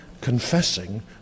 confessing